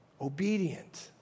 Obedient